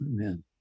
Amen